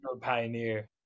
pioneer